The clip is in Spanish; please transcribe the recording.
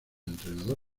entrenador